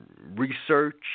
research